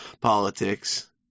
politics